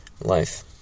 life